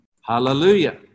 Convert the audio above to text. Hallelujah